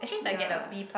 ya